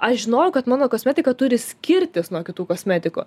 aš žinojau kad mano kosmetika turi skirtis nuo kitų kosmetikų